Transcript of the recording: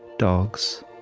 dogs,